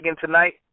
tonight